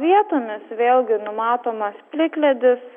vietomis vėlgi numatomas plikledis